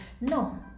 No